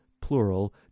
plural